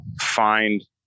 find